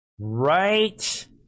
Right